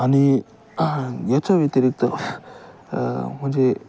आणि याच्या व्यतिरिक्त म्हणजे